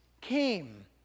came